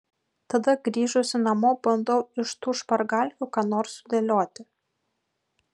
tada grįžusi namo bandau iš tų špargalkių ką nors sudėlioti